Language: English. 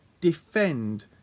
defend